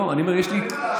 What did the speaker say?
אין מה להשוות.